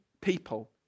people